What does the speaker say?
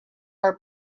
are